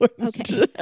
Okay